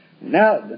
Now